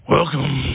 Welcome